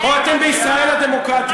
או אתם בישראל הדמוקרטית?